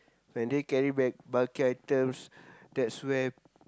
when they carry bag bulky items that's where